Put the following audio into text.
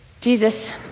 Jesus